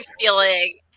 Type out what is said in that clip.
feeling